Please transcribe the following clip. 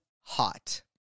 Hot